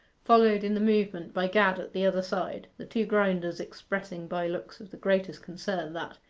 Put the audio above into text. followed in the movement by gad at the other side the two grinders expressing by looks of the greatest concern that,